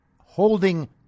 holding